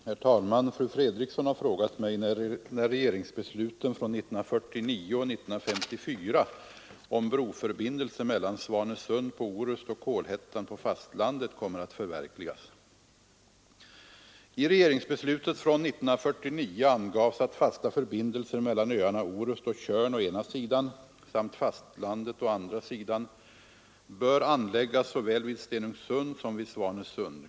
Herr talman! Fru Fredrikson har frågat mig när regeringsbesluten från 1949 och 1954 om broförbindelse mellan Svanesund på Orust och Kolhättan på fastlandet kommer att förverkligas. I regeringsbeslutet från 1949 angavs att fasta förbindelser mellan öarna Orust och Tjörn å ena sidan samt fastlandet å andra sidan bör anläggas såväl vid Stenungsund som vid Svanesund.